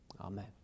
amen